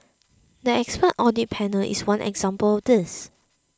the expert audit panel is one example of this